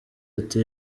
ati